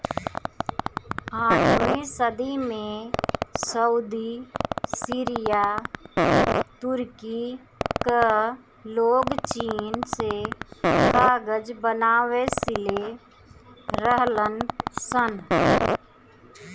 आठवीं सदी में सऊदी, सीरिया, तुर्की कअ लोग चीन से कागज बनावे सिले रहलन सन